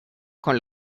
con